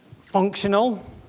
functional